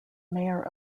mayor